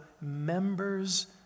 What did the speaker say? members